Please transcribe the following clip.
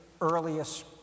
earliest